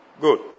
Good